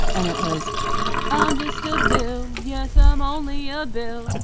and it was i'm just a bill. yes, i'm only a bill.